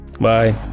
bye